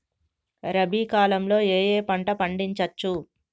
రబీ కాలంలో ఏ ఏ పంట పండించచ్చు?